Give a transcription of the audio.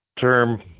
term